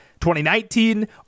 2019